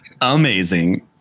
amazing